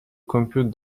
compute